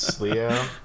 Leo